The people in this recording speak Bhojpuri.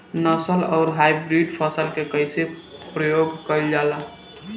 नस्ल आउर हाइब्रिड फसल के कइसे प्रयोग कइल जाला?